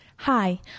Hi